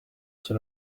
icyo